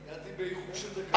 הגעתי באיחור של דקה.